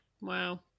Wow